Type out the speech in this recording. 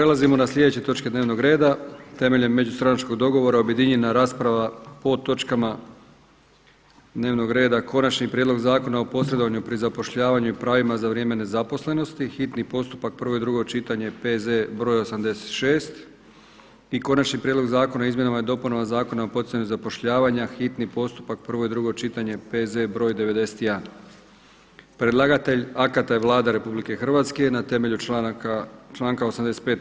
Prelazimo na sljedeće točke dnevnog reda, temeljem međustranačkog dogovora objedinjena rasprava po točkama dnevnog reda: - Konačni prijedlog Zakona o posredovanju pri zapošljavanju i pravima za vrijeme nezaposlenosti, hitni postupak, prvo i drugo čitanje, P.Z. br. 86 - Konačni prijedlog Zakona o izmjenama i dopunama Zakona o poticanju zapošljavanja, hitni postupak, prvo i drugo čitanje, P.Z. br. 91 Predlagatelj akata je Vlada Republike Hrvatske na temelju članka 85.